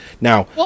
Now